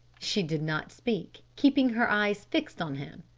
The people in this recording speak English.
she did not speak, keeping her eyes fixed on him.